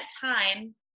time